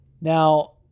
Now